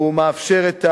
הוא מאפשר,